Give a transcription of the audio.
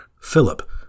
Philip